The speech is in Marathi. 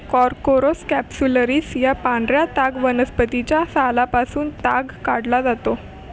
कॉर्कोरस कॅप्सुलरिस या पांढऱ्या ताग वनस्पतीच्या सालापासून ताग काढलो जाता